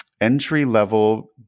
entry-level